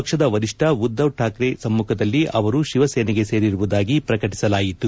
ಪಕ್ಷದ ವರಿಷ್ಠ ಉದ್ಧವ್ ಶಾಕ್ರೆ ಸಮ್ಮಖದಲ್ಲಿ ಅವರು ಶಿವಸೇನೆಗೆ ಸೇರಿರುವುದಾಗಿ ಪ್ರಕಟಸಲಾಯಿತು